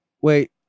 wait